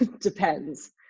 depends